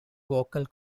vocal